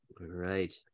right